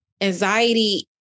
anxiety